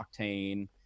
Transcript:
octane